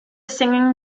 singing